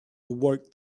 awoke